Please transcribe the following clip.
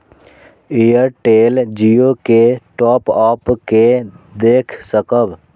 Airtel Jio के top up के देख सकब?